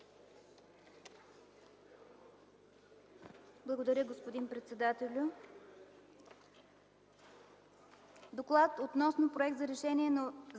Благодаря, господин председателю. „ДОКЛАД относно Проект за решение за